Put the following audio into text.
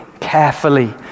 carefully